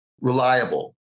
Reliable